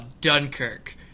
Dunkirk